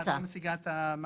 אז את לא משיגה את המטרה.